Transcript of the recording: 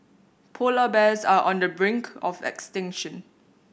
polar bears are on the brink of extinction